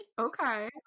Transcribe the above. Okay